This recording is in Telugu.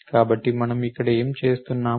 కాబట్టి మనం ఇక్కడ ఏమి చేస్తున్నాము